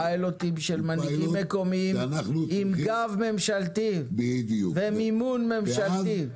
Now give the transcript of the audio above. פיילוטים של מנהיגים מקומיים עם גב ממשלתי ומימון ממשלתי.